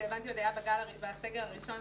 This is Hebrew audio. עוד היה בסגר הראשון.